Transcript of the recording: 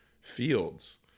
fields